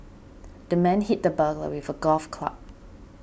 the man hit the burglar with a golf club